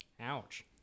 Ouch